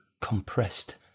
compressed